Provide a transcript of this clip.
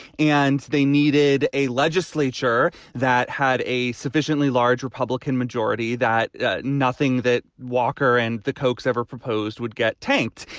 and they needed a legislature that had a sufficiently large republican majority that nothing that walker and the cokes ever proposed would get tanked.